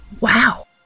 Wow